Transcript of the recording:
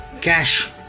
cash